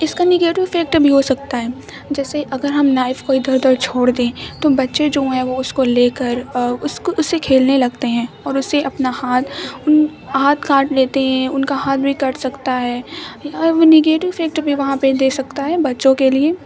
اس کا negative effect بھی ہو سکتا ہے جیسے اگر ہم نائف کو ادھر ادھر چھوڑ دیں تو بچے جو ہیں وہ اس کو لے کر اس کو اس سے کھیلنے لگتے ہیں اور اس سے اپنا ہاتھ ان ہاتھ کاٹ لیتے ہیں ان کا ہاتھ بھی کٹ سکتا ہے وہ نگیٹیو افیکٹ بھی وہاں پہ دے سکتا ہے بچوں کے لیے